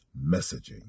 Messaging